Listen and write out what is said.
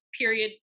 period